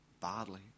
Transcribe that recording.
badly